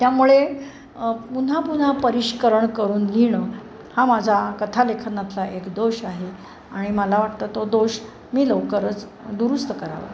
त्यामुळे पुन्हा पुन्हा परीक्षण करून लिहिणं हा माझा कथालेखनातला एक दोष आहे आणि मला वाटतं तो दोष मी लवकरच दुरुस्त करावा